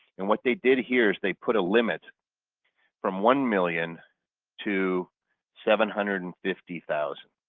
and what they did here is they put a limit from one million to seven hundred and fifty thousand